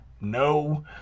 no